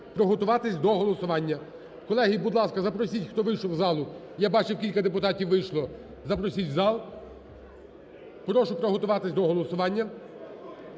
Прошу приготуватись до голосування.